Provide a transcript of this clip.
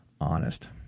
honest